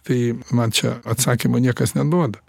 tai man čia atsakymo niekas neduoda